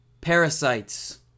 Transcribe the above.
parasites